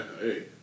Hey